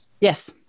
Yes